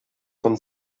von